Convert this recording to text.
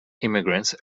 immigrants